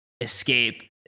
escape